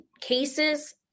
cases